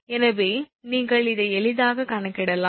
எனவே நீங்கள் இதை எளிதாகக் கணக்கிடலாம்